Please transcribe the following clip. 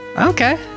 Okay